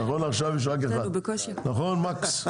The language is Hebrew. נכון לעכשיו יש רק אחד, נכון, מקס?